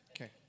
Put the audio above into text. Okay